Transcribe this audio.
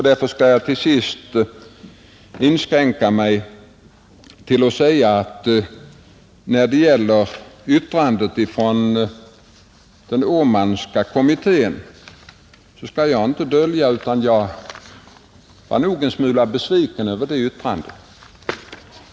Därför skall jag till sist inskränka mig till att beträffande yttrandet från den Åmanska kommittén säga, att jag inte skall dölja att jag nog var en smula besviken över det yttrandet.